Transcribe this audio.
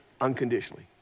unconditionally